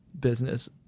business